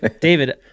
David